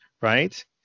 right